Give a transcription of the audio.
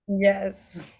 yes